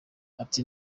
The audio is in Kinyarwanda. ati